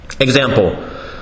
Example